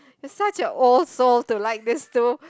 you're such a old soul to like this two